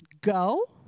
go